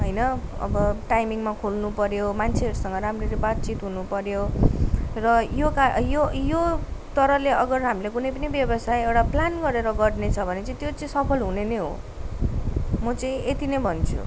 होइन अब टाइमिङमा खोल्नुपऱ्यो मान्छेहरूसँग राम्ररी बातचित हुनपऱ्यो र यो कहाँ यो यो तरहले अगर हामीले कुनै पनि व्यवसाय एउटा प्लान गरेर गर्नेछ भने छ चाहिँ त्यो चाहिँ सफल हुने नै हो म चाहिँ यति नै भन्छु